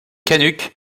canucks